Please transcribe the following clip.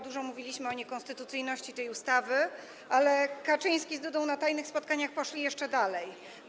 Dużo mówiliśmy o niekonstytucyjności tej ustawy, ale Kaczyński z Dudą na tajnych spotkaniach poszli jeszcze dalej.